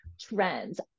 Trends